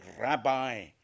rabbi